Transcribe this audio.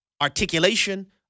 articulation